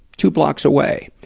two blocks away.